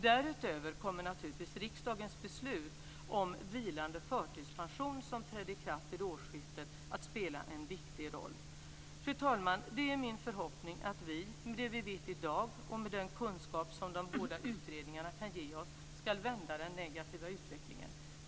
Därutöver kommer naturligtvis riksdagens beslut om vilande förtidspension som trädde i kraft vid årsskiftet att spela en viktig roll. Fru talman! Det är min förhoppning att vi, med det vi vet i dag och med den kunskap som de båda utredningarna kan ge oss, ska vända den negativa utvecklingen.